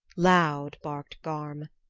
loud barked garm.